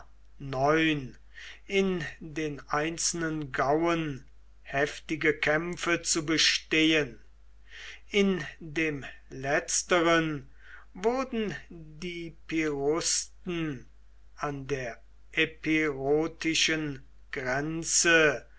in den einzelnen gauen heftige kämpfe zu bestehen in dem letzteren wurden die pirusten an der epirotischen grenze